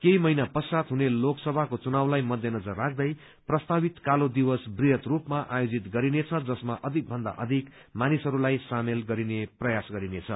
केही महिना पश्वात हुने लोकसभाको चुनावलाई मध्य नजर राख्दै प्रस्तावित कालो दिवस वृहत रूपमा आयोजित गरिनेछ जसमा अविक भन्दा अविक मानिसहस्लाई सामेल गरिने प्रयास गरिनेछ